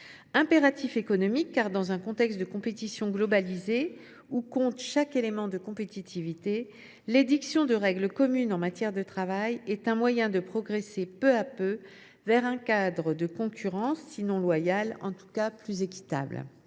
impératif économique, d’une part, car, dans un contexte de compétition globalisée, où compte chaque élément de compétitivité, l’édiction de règles communes en matière de travail est un moyen de progresser peu à peu vers un cadre de concurrence qui soit, sinon loyal, en tout cas plus équitable